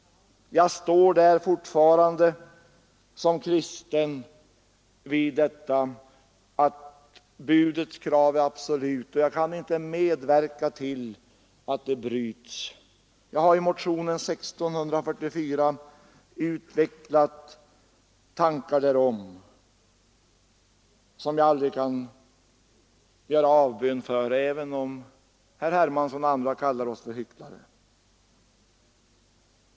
Som kristen står det alltjämt klart för mig att budets krav är absolut, och jag kan inte medverka till att det bryts. Jag har i motionen 1644 utvecklat tankarna om detta, och jag kan aldrig göra avbön för vad jag där sagt, även om herr Hermansson och andra kallar oss för hycklare.